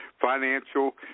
financial